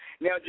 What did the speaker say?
Now